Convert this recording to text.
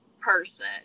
person